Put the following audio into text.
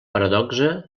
paradoxa